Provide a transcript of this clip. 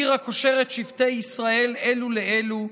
עיר הקושרת שבטי ישראל אלו לאלו,